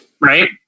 Right